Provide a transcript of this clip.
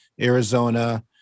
Arizona